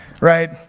right